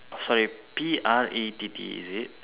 sorry P R A T T is it